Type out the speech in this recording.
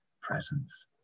presence